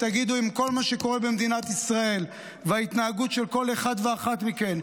תגידו אם כל מה שקורה במדינת ישראל וההתנהגות של כל אחד ואחת מכם,